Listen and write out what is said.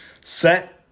Set